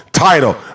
title